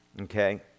Okay